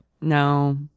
No